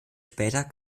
später